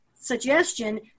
suggestion